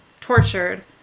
tortured